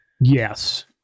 Yes